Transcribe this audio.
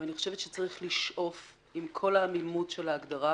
ואני חושבת שצריך לשאוף עם כל העמימות של ההגדרה